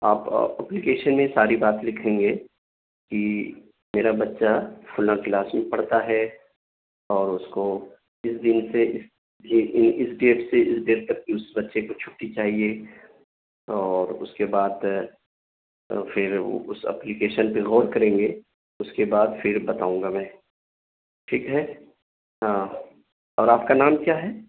آپ اپلیکیشن میں ساری بات لکھیں گے کہ میرا بچہ فلاں کلاس میں پڑھتا ہے اور اس کو اس دن سے اس جی اس ڈیٹ سے اس ڈیٹ تک کی اس بچے کو چھٹی چاہیے اور اس کے بعد پھر پھر اس اپلیکیشن پہ غور کریں گے اس کے بعد پھر بتاؤں گا میں ٹھیک ہے ہاں اور آپ کا نام کیا ہے